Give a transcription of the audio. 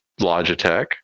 Logitech